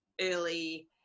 early